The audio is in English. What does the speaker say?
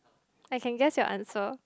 I can guess your answer